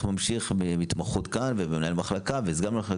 ממשיך בהתמחות ובניהול מחלקה וכדומה,